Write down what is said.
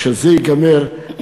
כשזה ייגמר,